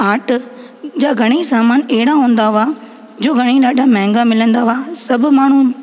art जा घणेई सामान अहिड़ा हूंदा हुआ जो घणेई ॾाढा महांगा मिलंदा हुआ सभु माण्हू